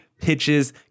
pitches